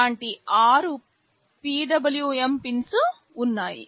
అలాంటి ఆరు PWM pins ఉన్నాయి